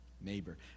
neighbor